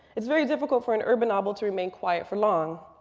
its very difficult for an urban novel to remain quiet for long.